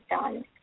done